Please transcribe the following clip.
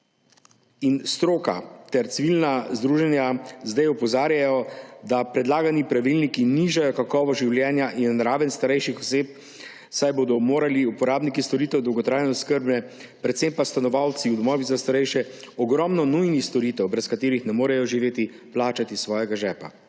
Stroka ter civilna združenja zdaj opozarjajo, da predlagani pravilniki nižajo kakovost življenja in raven starejših oseb, saj bodo morali uporabniki storitev dolgotrajne oskrbe, predvsem pa stanovalci v domovih za starejše, ogromno nujnih storitev, brez katerih ne morejo živeti, plačati iz svojega žepa.